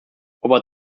over